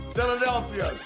Philadelphia